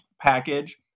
package